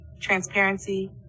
transparency